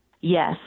Yes